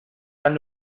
tan